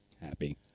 happy